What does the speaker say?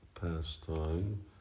pastime